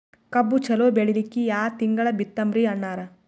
ಕಬ್ಬು ಚಲೋ ಬೆಳಿಲಿಕ್ಕಿ ಯಾ ತಿಂಗಳ ಬಿತ್ತಮ್ರೀ ಅಣ್ಣಾರ?